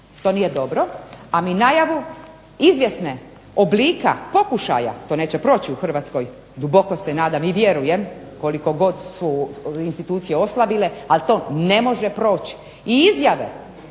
To nije dobro, a mi najavu izvjesna oblika pokušaja, to neće proći u Hrvatskoj duboko se nadam i vjerujem, koliko god su institucije oslabile, ali to ne može proći. I izjave